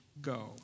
go